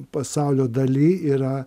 pasaulio dalyj yra